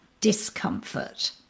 discomfort